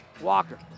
Walker